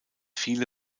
viele